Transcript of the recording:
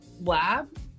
lab